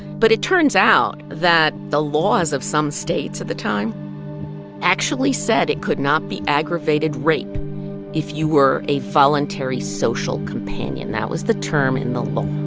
but it turns out that the laws of some states at the time actually said it could not be aggravated rape if you were a voluntary social companion. that was the term in the law